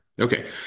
Okay